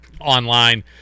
online